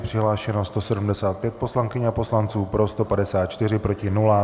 Přihlášeno 175 poslankyň a poslanců, pro 154, proti nula.